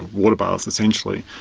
water baths essentially,